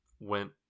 went